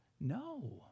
No